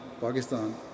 Pakistan